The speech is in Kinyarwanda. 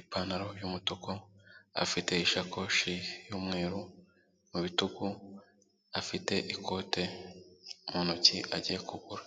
ipantaro y'umutuku, afite isakoshi y'umweru mu bitugu, afite ikote mu ntoki agiye kugura.